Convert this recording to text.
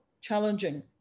challenging